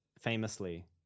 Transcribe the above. Famously